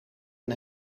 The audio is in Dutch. een